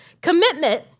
Commitment